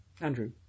Andrew